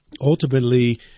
ultimately